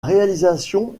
réalisation